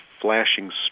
flashing